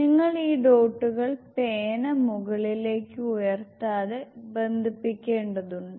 നിങ്ങൾ ഈ ഡോട്ടുകൾ പേന മുകളിലേക്ക് ഉയർത്താതെ ബന്ധിപ്പിക്കേണ്ടതുണ്ട്